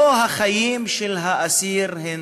לא החיים של האסיר הם